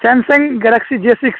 Samsung Galaxy J six